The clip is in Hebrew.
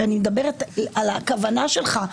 ואני מדברת על הכוונה שלך,